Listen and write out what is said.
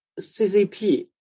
CCP